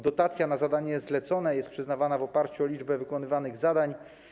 Dotacja na zadanie zlecone jest przyznawana w oparciu o liczbę wykonywanych zadań.